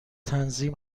تنظیم